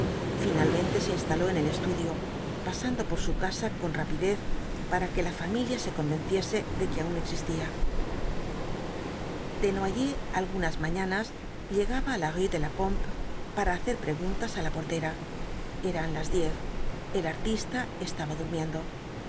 finalmente se instaló en el estudio pasando por su casa con rapidez para que la familia se convenciese de que aun existía desnoyers algunas mañanas llegaba á la me de la pompe para hacer preguntas á la portera eran las diez el artista estaba durmiendo